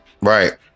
Right